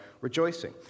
rejoicing